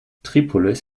tripolis